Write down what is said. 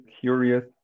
curious